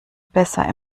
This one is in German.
besser